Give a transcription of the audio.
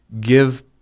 give